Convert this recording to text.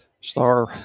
star